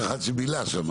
שם.